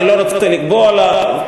אני לא רוצה לקבוע לה.